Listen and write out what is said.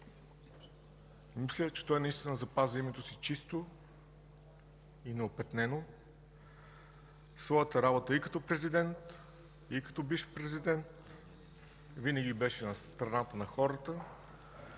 мисля, че той наистина запази името си чисто и неопетнено в своята работа и като президент, и като бивш президент. Винаги беше на страната на хората,